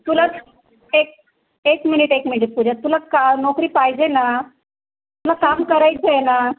तुला एक एक मिनीट एक मिनीट पूजा तुला का नोकरी पाहिजे ना तुला काम करायचं आहे ना